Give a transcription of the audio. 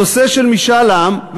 נושא של משאל עם,